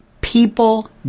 people